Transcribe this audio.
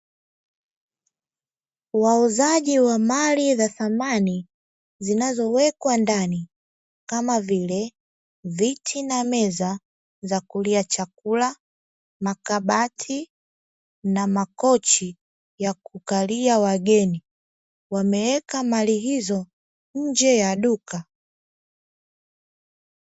Wauzaji wa mali za samani zinazowekwa ndani, kama vile; viti na meza za kulia chakula, makabati na makochi ya kukalia wageni. Wameweka mali hizo nje ya duka.